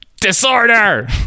Disorder